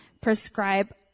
prescribe